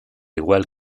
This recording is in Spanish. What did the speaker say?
igual